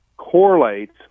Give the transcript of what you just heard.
correlates